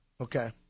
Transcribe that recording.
Okay